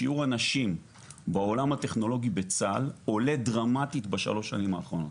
שיעור הנשים בעולם הטכנולוגי בצה”ל עולה דרמטית בשלוש השנים האחרונות.